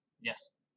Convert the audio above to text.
Yes